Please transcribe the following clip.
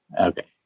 Okay